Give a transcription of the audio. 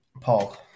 Paul